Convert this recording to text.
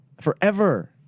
Forever